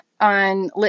on